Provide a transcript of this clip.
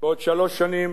בעוד שלוש שנים